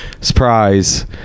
surprise